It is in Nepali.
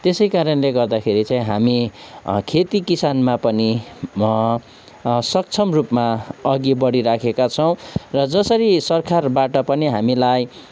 त्यसै कारणले गर्दाखेरि चाहिँ हामी खेतीकिसानमा पनि सक्षम रूपमा अघि बढिरहेका छौँ र जसरी सरकारबाट पनि हामीलाई